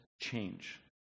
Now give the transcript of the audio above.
change